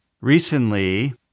recently